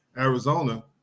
Arizona –